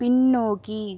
பின்னோக்கி